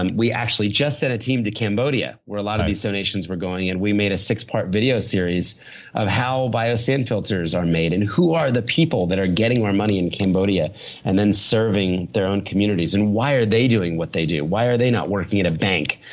and we actually just sent a team to cambodia where a lot of these donations were going. and we made a six part video serious of how bio sand filters are made and who are the people that are getting our money in cambodia and then, serving their own communities and why are they doing what they do? why are they not working at a bank?